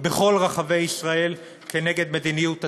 בכל רחבי ישראל כנגד מדיניות התאגידים.